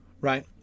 right